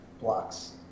blocks